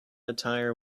attire